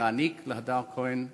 להעניק להדר כהן צל"ש.